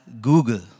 Google